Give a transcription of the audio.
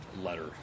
letter